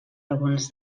algunes